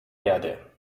erde